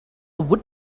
woot